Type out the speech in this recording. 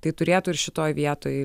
tai turėtų ir šitoj vietoj